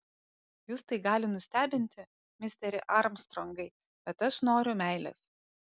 jus tai gali nustebinti misteri armstrongai bet aš noriu meilės